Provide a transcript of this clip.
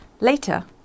later